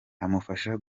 amufasha